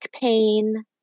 pain